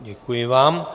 Děkuji vám.